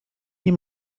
nie